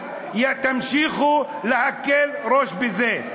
תמשיכו להקל ראש בזה.